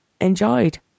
enjoyed